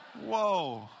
whoa